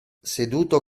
seduto